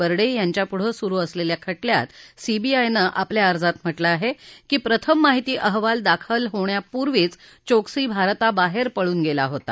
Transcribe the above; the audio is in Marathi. बडें यांच्यापुढं सुरु असलेल्या खटल्यात सीबीआयनं आपल्या अर्जात म्हटलं आहे कि प्रथम माहिती अहवाल दाखल होण्यापूर्वीच चोक्सी भारताबाहेर पळून गेला होता